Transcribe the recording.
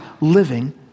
living